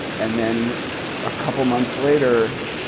and then a couple months later,